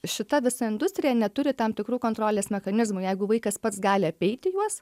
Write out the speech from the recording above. šita visa industrija neturi tam tikrų kontrolės mechanizmų jeigu vaikas pats gali apeiti juos